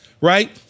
Right